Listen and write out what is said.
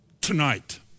tonight